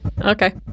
okay